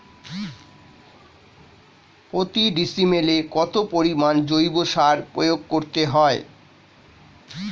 প্রতি ডিসিমেলে কত পরিমাণ জৈব সার প্রয়োগ করতে হয়?